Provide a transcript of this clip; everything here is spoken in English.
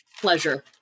Pleasure